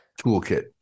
toolkit